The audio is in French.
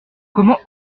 comment